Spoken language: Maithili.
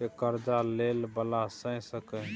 के कर्जा ले बला भेय सकेए